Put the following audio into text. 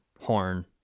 Horn